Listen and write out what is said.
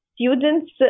students